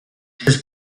his